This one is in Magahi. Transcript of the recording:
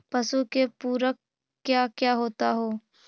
पशु के पुरक क्या क्या होता हो?